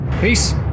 Peace